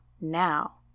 now